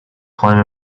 climb